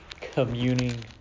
communing